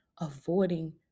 avoiding